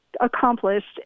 Accomplished